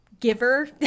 Giver